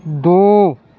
دو